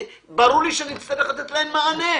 ברור לי שאני אצטרך לתת להן מענה,